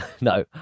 No